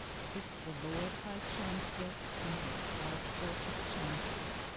sits the lord high chancellor in his high court of chancery.